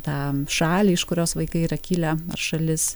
tą šalį iš kurios vaikai yra kilę ar šalis